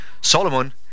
Solomon